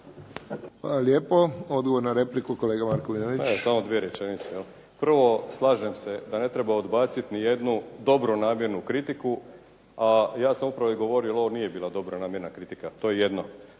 lijepo. Odgovor na repliku, kolega Markovinović. **Markovinović, Krunoslav (HDZ)** Samo dvije rečenice. Prvo, slažem se da ne treba odbacit nijednu dobronamjernu kritiku, a ja sam upravo i govorio jer ovo nije bila dobronamjerna kritika, to je jedno.